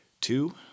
two